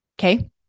okay